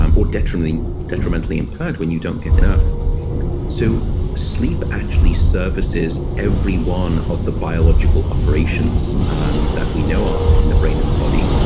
um or detrimentally detrimentally impaired when you don't get enough so sleep actually services every one of the biological operations um that we know of in the brain and the body.